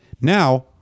Now